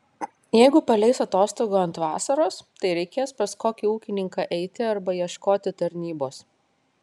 jeigu paleis atostogų ant vasaros tai reikės pas kokį ūkininką eiti arba ieškoti tarnybos